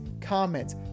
comments